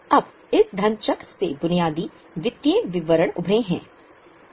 अब इस धन चक्र से बुनियादी वित्तीय विवरण उभरे हैं